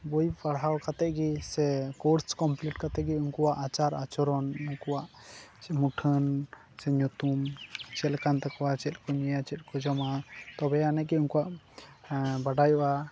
ᱵᱳᱭ ᱯᱟᱲᱦᱟᱣ ᱠᱟᱛᱮᱫ ᱜᱮ ᱥᱮ ᱠᱳᱨᱥ ᱠᱚᱢᱯᱤᱞᱤᱴ ᱠᱟᱛᱮᱫ ᱜᱮ ᱩᱱᱠᱩᱣᱟᱜ ᱟᱪᱟᱨ ᱟᱪᱚᱨᱚᱱ ᱩᱱᱠᱩᱣᱟᱜ ᱢᱩᱴᱷᱟᱹᱱ ᱥᱮ ᱧᱩᱛᱩᱢ ᱪᱮᱫ ᱞᱮᱠᱟᱱ ᱛᱟᱠᱚᱣᱟ ᱪᱮᱫ ᱠᱚ ᱧᱩᱭᱟ ᱪᱮᱫ ᱠᱚ ᱡᱚᱢᱟ ᱛᱚᱵᱮ ᱟᱱᱮ ᱜᱮ ᱩᱱᱠᱩᱣᱟᱜ ᱵᱟᱰᱟᱭᱚᱜᱼᱟ